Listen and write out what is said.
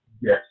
Yes